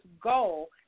goal